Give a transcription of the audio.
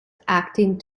acting